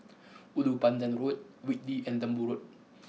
Ulu Pandan Road Whitley and Lembu Road